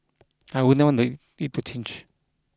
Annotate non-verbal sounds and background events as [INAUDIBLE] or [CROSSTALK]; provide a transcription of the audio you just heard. I wouldn't want [UNINTELLIGIBLE] it to change